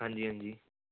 ਹਾਂਜੀ ਹਾਂਜੀ